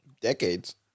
decades